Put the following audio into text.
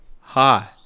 hi